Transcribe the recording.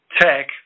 tech